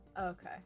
Okay